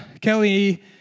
Kelly